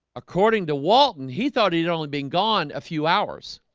according to walton he thought he'd only being gone a few hours